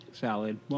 Salad